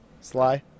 sly